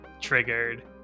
triggered